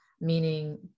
meaning